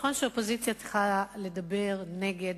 נכון שאופוזיציה צריכה לדבר נגד,